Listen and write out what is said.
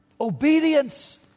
Obedience